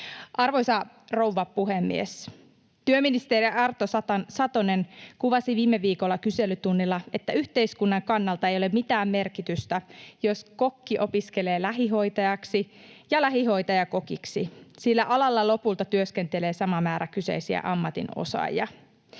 Arvoisa rouva puhemies! Työministeri Arto Satonen kuvasi viime viikolla kyselytunnilla, että yhteiskunnan kannalta ei ole mitään merkitystä, jos kokki opiskelee lähihoitajaksi ja lähihoitaja kokiksi, sillä aloilla lopulta työskentelee sama määrä kyseisten ammattien osaajia.